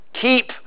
keep